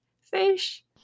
fish